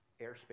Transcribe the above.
airspace